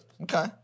Okay